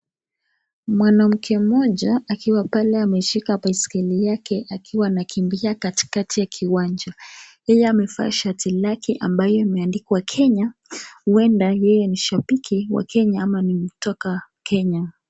Mwanamke mmoja akiwa pale ameshika baiskeli yake akiwa anakimbia katikati ya kiwanja. Yeye amevaa shati lake ambayo imeandikwa Kenya huenda yeye ni shabiki wa Kenya ama ni mtoka Kenya.